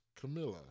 Camilla